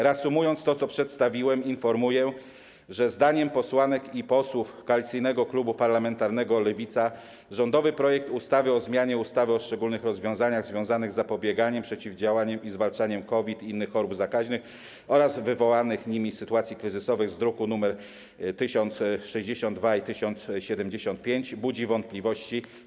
Reasumując to, co przedstawiłem, informuję, że zdaniem posłanek i posłów Koalicyjnego Klubu Parlamentarnego Lewica, rządowy projekt ustawy o zmianie ustawy o szczególnych rozwiązaniach związanych z zapobieganiem przeciwdziałaniem i zwalczaniem COVID i innych chorób zakaźnych oraz wywołanych nimi sytuacji kryzysowych z druków nr 1062 i 1075 budzi wątpliwości.